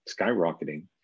skyrocketing